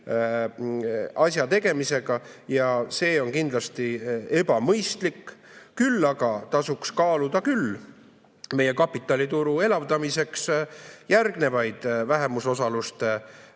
asja tegemisega ja see on kindlasti ebamõistlik. Küll aga tasuks kaaluda meie kapitalituru elavdamiseks järgnevaid vähemusosaluste